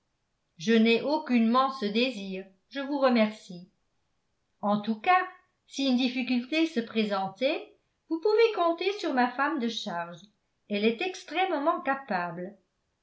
je n'ai aucunement ce désir je vous remercie en tout cas si une difficulté se présentait vous pouvez compter sur ma femme de charge elle est extrêmement capable